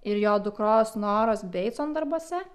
ir jo dukros noras beicon darbuose